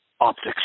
optics